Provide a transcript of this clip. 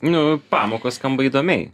nu pamokos skamba įdomiai